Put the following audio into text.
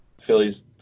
Phillies